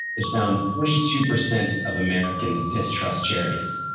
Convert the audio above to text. it found forty two percent of americans distrust charities.